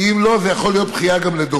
כי אם לא, זה יכול גם להיות בכייה לדורות.